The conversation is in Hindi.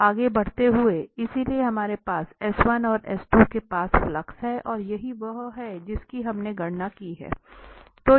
अब आगे बढ़ते हुए इसलिए हमारे पास के पास फ्लक्स है और यही वह है जिसकी हमने गणना की है